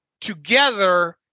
together